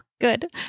good